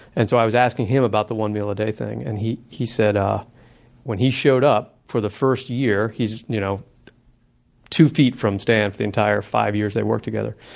and so i was asking him about the one meal a day thing. and he he said um when he showed up, for the first year, he's you know two feet from stan for the entire five years they worked together.